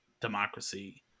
Democracy